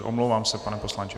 Omlouvám se, pane poslanče.